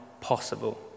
Possible